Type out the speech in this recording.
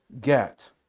get